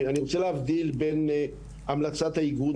אני רוצה להבדיל בין המלצת האיגוד.